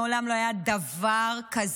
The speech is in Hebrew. מעולם לא היה דבר כזה.